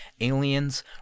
aliens